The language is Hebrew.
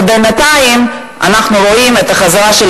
ובינתיים אנחנו רואים את החזרה של